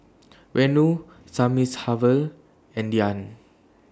Renu Thamizhavel and Dhyan